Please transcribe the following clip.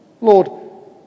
Lord